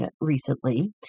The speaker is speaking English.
recently